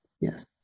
yes